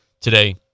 today